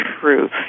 truth